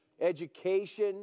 education